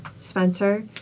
Spencer